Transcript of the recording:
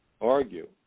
argue